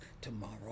tomorrow